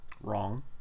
Wrong